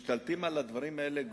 משתלטים על הדברים האלה גורמים,